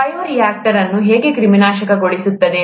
bioreactor ಅನ್ನು ಹೇಗೆ ಕ್ರಿಮಿನಾಶಕಗೊಳಿಸಲಾಗುತ್ತದೆ